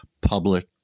public